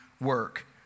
work